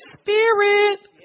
spirit